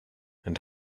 and